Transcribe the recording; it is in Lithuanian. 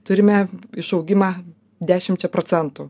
turime išaugimą dešimčia procentų